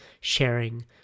sharing